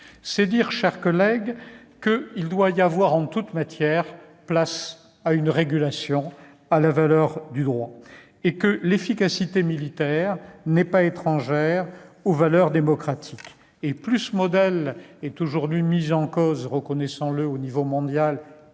C'est dire, mes chers collègues, qu'il doit y avoir en toute matière place à une régulation en fonction du droit. L'efficacité militaire n'est pas étrangère aux valeurs démocratiques. Plus ce modèle est mis en cause - reconnaissons-le - aux niveaux mondial